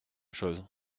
chose